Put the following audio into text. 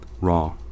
raw